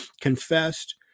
confessed